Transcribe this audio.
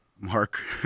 mark